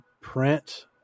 print